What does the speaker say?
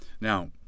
Now